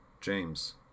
James